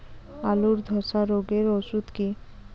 আলুর ধসা রোগের ওষুধ কি?